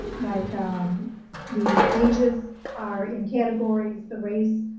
like um the ages are in categories. the race,